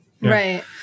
Right